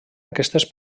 aquestes